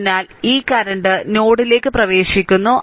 അതിനാൽ ഈ കറന്റ് നോഡിലേക്ക് പ്രവേശിക്കുന്നു